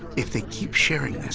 if they keep sharing this,